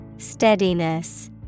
Steadiness